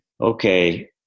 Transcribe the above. okay